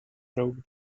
broke